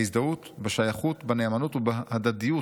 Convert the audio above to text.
ההזדהות, בשייכות, בנאמנות ובהדדיות